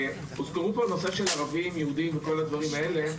הוזכר פה נושא יהודים וערבים וכל הדברים האלה.